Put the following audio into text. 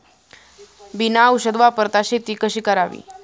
बिना औषध वापरता शेती कशी करावी?